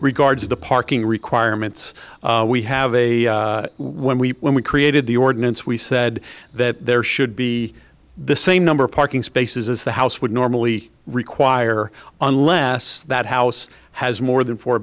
regards the parking requirements we have a when we when we created the ordinance we said that there should be the same number of parking spaces as the house would normally require unless that house has more than four